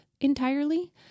entirely